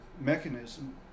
mechanism